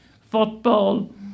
football